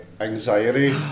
Anxiety